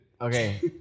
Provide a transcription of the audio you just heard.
okay